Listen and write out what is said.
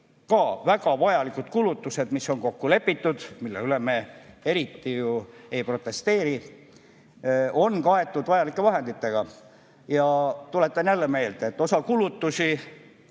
väga vajalikud kulutused, mis on kokku lepitud ja mille vastu me eriti ei protesteeri, on kaetud vajalike vahenditega. Tuletan jälle meelde, et osa kulutusi,